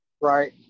Right